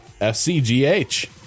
fcgh